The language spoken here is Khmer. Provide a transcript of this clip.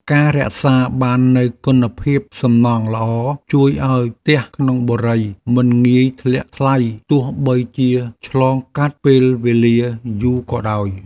ការរក្សាបាននូវគុណភាពសំណង់ល្អជួយឱ្យផ្ទះក្នុងបុរីមិនងាយធ្លាក់ថ្លៃទោះបីជាឆ្លងកាត់ពេលវេលាយូរក៏ដោយ។